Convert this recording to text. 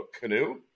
canoe